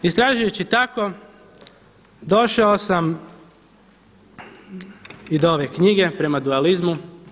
Istražujući tako došao sam i do ove knjige „Prema dualizmu“